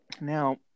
Now